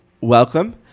welcome